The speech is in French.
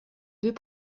deux